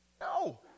No